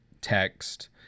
text